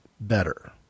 better